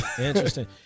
interesting